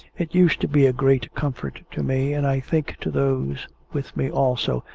it used to be a great comfort to me, and i think to those with me also,